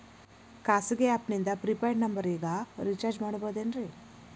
ಖಾಸಗಿ ಆ್ಯಪ್ ನಿಂದ prepaid ನಂಬರಿಗ ರೇಚಾರ್ಜ್ ಮಾಡಬಹುದೇನ್ರಿ?